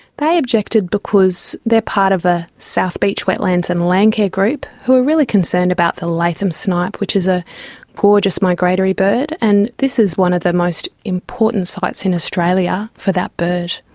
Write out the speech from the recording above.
they objected because they are part of the ah south beach wetlands and landcare group who are really concerned about the latham's snipe, which is a gorgeous migratory bird. and this is one of the most important sites in australia for that bird.